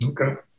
Okay